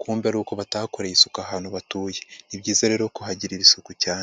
Kumbe ari uko batahakoreye isuku ahantu batuye. Ni byiza rero kuhagirira isuku cyane.